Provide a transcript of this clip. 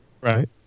right